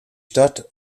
stadt